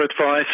advice